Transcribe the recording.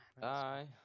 Bye